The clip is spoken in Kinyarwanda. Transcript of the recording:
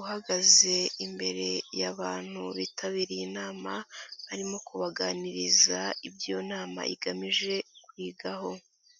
uhagaze imbere yabantu bitabiriye inama arimo kubaganiriza ibyo inama igamije kwigaho.